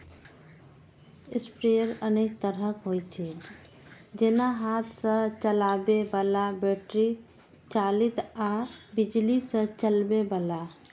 sprayer अनेक तरहक होइ छै, जेना हाथ सं चलबै बला, बैटरी चालित आ बिजली सं चलै बला